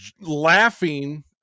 laughing